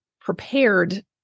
prepared